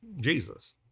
jesus